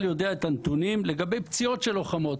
יודע את הנתונים לגבי פציעות של לוחמות.